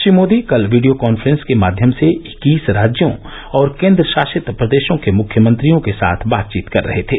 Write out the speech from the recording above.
श्री मोदी कल video conference के माध्यम से इक्कीस राज्यों और केंद्र शासित प्रदेशों के मुख्यमंत्रियों के साथ बातचीत कर रहे थे